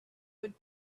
would